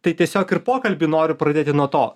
tai tiesiog ir pokalbį noriu pradėti nuo to